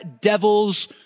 Devils